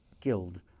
Guild